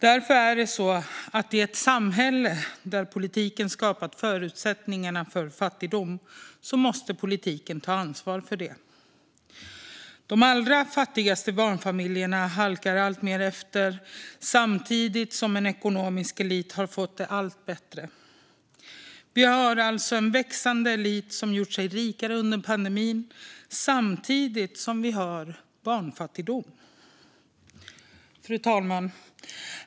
I ett samhälle där politiken skapat förutsättningar för fattigdom måste politiken därför ta ansvar för det. De allra fattigaste barnfamiljerna halkar efter alltmer samtidigt som en ekonomisk elit har fått det allt bättre. Vi har alltså en växande elit som gjort sig rikare under pandemin samtidigt som vi har barnfattigdom. Fru talman!